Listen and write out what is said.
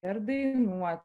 ar dainuoti